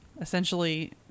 essentially